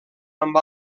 amb